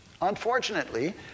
Unfortunately